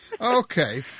Okay